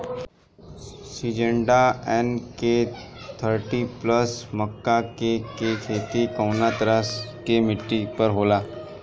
Syngenta NK thirty plus मक्का के के खेती कवना तरह के मिट्टी पर होला?